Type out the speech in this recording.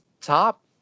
top